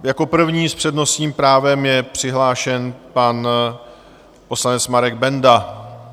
Jako první s přednostním právem je přihlášen pan poslanec Marek Benda.